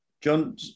John